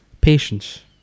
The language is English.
Patience